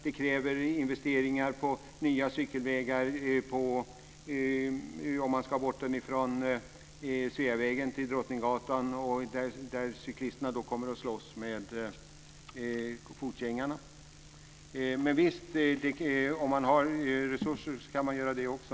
Det krävs investeringar i nya cykelvägar om man ska få bort trafiken från Sveavägen och flytta den till Drottninggatan, där cyklisterna då kommer att slåss med fotgängarna. Men om man har resurser kan man göra det också.